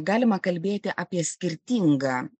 galima kalbėti apie skirtingą